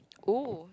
oh